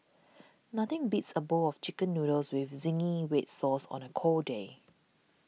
nothing beats a bowl of Chicken Noodles with Zingy Red Sauce on a cold day